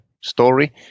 story